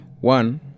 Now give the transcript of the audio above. One